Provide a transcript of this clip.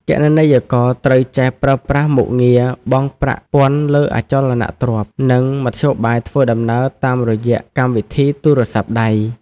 គណនេយ្យករត្រូវចេះប្រើប្រាស់មុខងារបង់ប្រាក់ពន្ធលើអចលនទ្រព្យ និងមធ្យោបាយធ្វើដំណើរតាមរយៈកម្មវិធីទូរស័ព្ទដៃ។